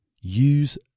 use